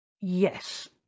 Yes